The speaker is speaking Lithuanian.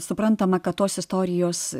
suprantama kad tos istorijos